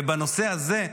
ובנושא הזה,